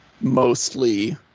mostly